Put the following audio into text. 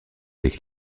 avec